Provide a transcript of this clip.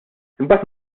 imbagħad